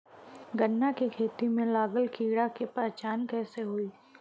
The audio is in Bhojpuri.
गन्ना के खेती में लागल कीड़ा के पहचान कैसे होयी?